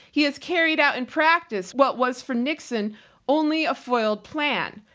he has carried out in practice what was for nixon only a foiled plan.